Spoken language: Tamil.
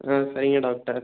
ஆ சரிங்க டாக்டர்